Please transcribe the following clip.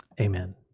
amen